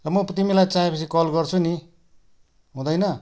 र म तिमीलाई चाहिएपछि कल गर्छु नि हुँदैन